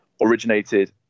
originated